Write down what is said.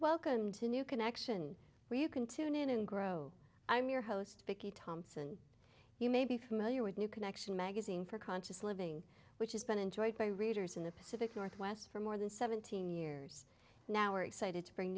new connection where you can tune in and grow i'm your host vicky thompson you may be familiar with new connection magazine for conscious living which has been enjoyed by readers in the pacific northwest for more than seventeen years now excited to bring